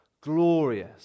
glorious